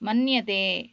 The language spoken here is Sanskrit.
मन्यते